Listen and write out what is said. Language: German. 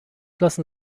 lassen